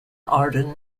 arden